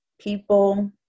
people